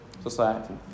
Society